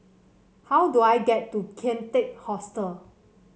how do I get to Kian Teck Hostel